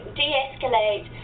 de-escalate